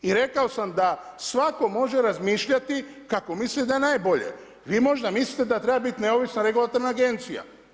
I rekao sam da svatko može razmišljati kako misli da je najbolje, vi možda mislite da treba biti neovisna regulatorna agencija.